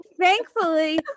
thankfully